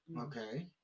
Okay